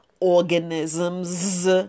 organisms